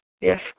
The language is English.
Yes